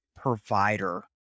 provider